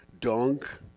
Dunk